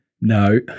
No